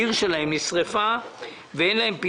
יש לנו כמה נושאים על סדר היום ואין לנו זמן רב מדי.